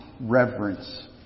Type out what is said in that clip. reverence